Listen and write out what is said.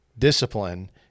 discipline